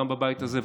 גם בבית הזה,